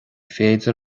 féidir